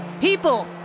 People